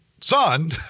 son